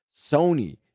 Sony